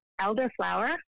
elderflower